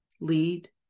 lead